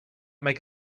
make